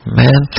man